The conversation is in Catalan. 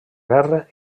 guerra